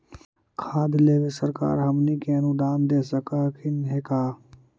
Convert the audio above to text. खाद लेबे सरकार हमनी के अनुदान दे सकखिन हे का?